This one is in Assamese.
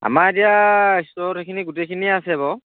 আমাৰ এতিয়া ষ্ট'ৰত এইখিনি গোটেইখিনিয়েই আছে বাৰু